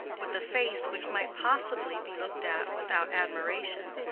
with a face which might possibly be looked at without admiration,